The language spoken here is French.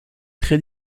très